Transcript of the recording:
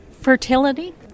Fertility